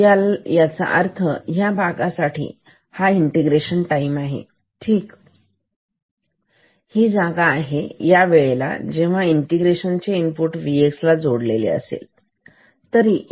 तर याचा अर्थ ह्या भागासाठी हा इंटिग्रेशन टाईम आहे ठीक ही जागा आहे हा वेळ आहे जेव्हा इंटिग्रेशन चे इनपुट Vx ला जोडलेले आहे